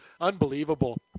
Unbelievable